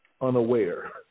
unaware